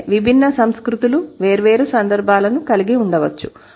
అయితే విభిన్న సంస్కృతులు వేర్వేరు సందర్భాలను కలిగి ఉండవచ్చు